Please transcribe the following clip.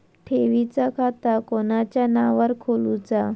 ठेवीचा खाता कोणाच्या नावार खोलूचा?